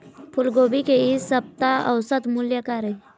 फूलगोभी के इ सप्ता औसत मूल्य का रही?